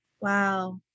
wow